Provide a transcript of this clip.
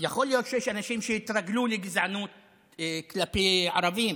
יכול להיות שיש אנשים שהתרגלו לגזענות כלפי ערבים